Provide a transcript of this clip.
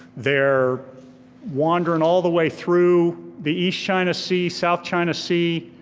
they're wandering all the way through the east china sea, south china sea,